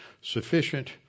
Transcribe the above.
sufficient